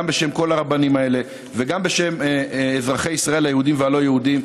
גם בשם כל הרבנים האלה וגם בשם אזרחי ישראל היהודים והלא-יהודים,